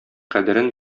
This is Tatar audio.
кадерен